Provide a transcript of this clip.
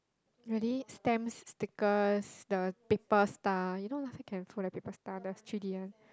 really stamps stickers the paper star you know I still can fold the paper star the three D one